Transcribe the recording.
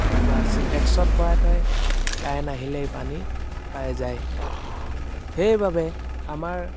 কাৰোবাৰ চিণ্টেক্সত ভৰাই থই কাৰেণ্ট আহিলেই পানী পাই যায় সেইবাবে আমাৰ